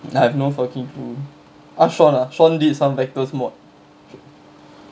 I have no fucking clue ask shawn ah shawn did some vectors mod